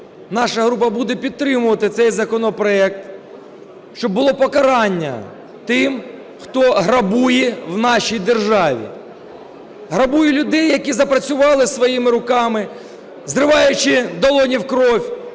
наша група буде підтримувати цей законопроект, щоб було покарання тим, хто грабує в нашій державі. Грабує людей, які працювали своїми руками, зриваючи долоні в кров,